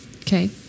Okay